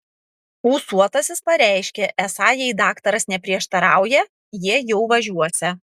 ūsuotasis pareiškė esą jei daktaras neprieštarauja jie jau važiuosią